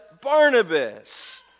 Barnabas